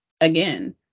again